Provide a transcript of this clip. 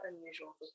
unusual